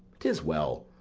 tis well.